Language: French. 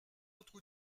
autres